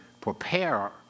prepare